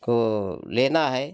को लेना है